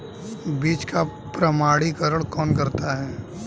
बीज का प्रमाणीकरण कौन करता है?